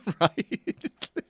Right